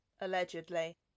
allegedly